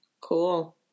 Cool